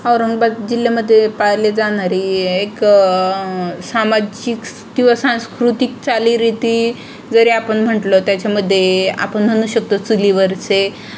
औरंगाबाद जिल्ह्यामध्ये पाळले जाणारे एक सामाजिक किंवा सांस्कृतिक चालीरीती जरी आपण म्हटलं त्याच्यामध्ये आपण म्हणू शकतो चुलीवरचे